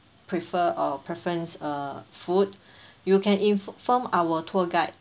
preferred or preference uh food you can inform our tour guide